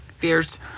Beers